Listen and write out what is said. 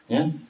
Yes